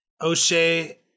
O'Shea